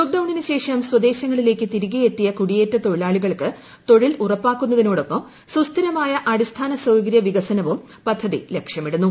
ലോക്ഡൌണിന് ശേഷം സ്വദേശങ്ങളിലേക്ക് തിരികെ എത്തിയ കുടിയേറ്റ തൊഴിലാളികൾക്ക് ത്തൊഴിൽ ് ഉറപ്പാക്കുന്നതിനോടൊപ്പം സുസ്ഥിരമായ അടിസ്ഥാന ലക്ഷ്യമിടുന്നു